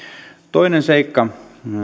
toinen seikka